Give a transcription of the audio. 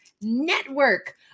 Network